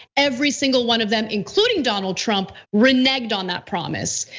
every single one of them including donald trump, reneged on that promise.